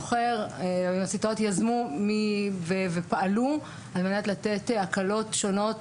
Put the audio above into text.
האוניברסיטאות יזמו ופעלו על מנת לתת הקלות שונות,